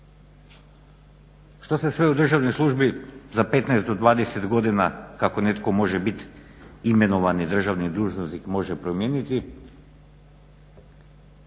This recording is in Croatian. Što se sve u državnoj službi za 15 do 20 godina, kako netko može bit imenovani državni dužnosnik može promijeniti